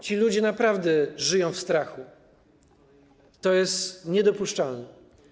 Ci ludzie naprawdę żyją w strachu, a to jest niedopuszczalne.